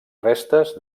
restes